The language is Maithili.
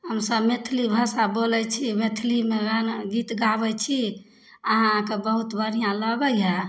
हमसब मैथिली भाषा बोलै छी मैथिलीमे गीत गाबै छी अहाँके बहुत बढ़ियाँ लगै है